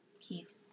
Keith